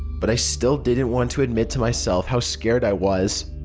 but i still didn't want to admit to myself how scared i was.